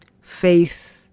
faith